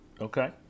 Okay